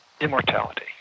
immortality